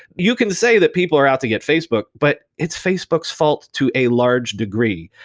you can say that people are out to get facebook, but it's facebook's fault to a large degree.